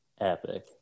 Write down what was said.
epic